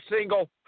single